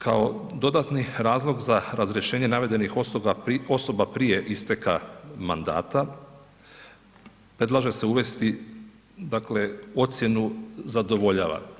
Kao dodatni razlog za razrješenje navedenih osoba prije isteka mandata predlaže se uvesti, dakle, ocjenu zadovoljava.